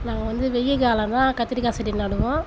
நாங்கள் வந்து வெய்யக்காலந்தான் கத்திரிக்காய் செடி நடுவோம்